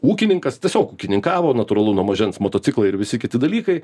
ūkininkas tiesiog ūkininkavo natūralu nuo mažens motociklai ir visi kiti dalykai